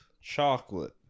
Chocolate